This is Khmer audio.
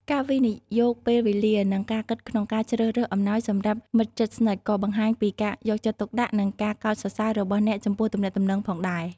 ការវិនិយោគពេលវេលា និងការគិតក្នុងការជ្រើសរើសអំណោយសម្រាប់មិត្តជិតស្និទ្ធ ក៏បង្ហាញពីការយកចិត្តទុកដាក់ និងការកោតសរសើររបស់អ្នកចំពោះទំនាក់ទំនងផងដែរ។